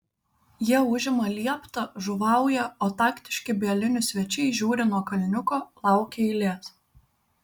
jie užima lieptą žuvauja o taktiški bielinių svečiai žiūri nuo kalniuko laukia eilės